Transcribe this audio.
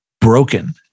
broken